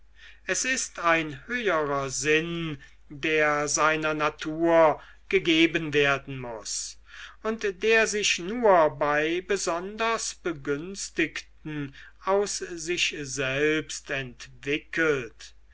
es ist ein höherer sinn der seiner natur gegeben werden muß und der sich nur bei besonders begünstigten aus sich selbst entwickelt